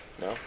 No